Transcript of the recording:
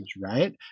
right